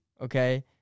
okay